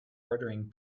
ordering